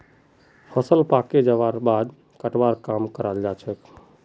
फसल पाके जबार बादे कटवार काम कराल जाछेक